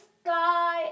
sky